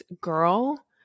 girl